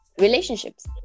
relationships